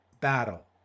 battle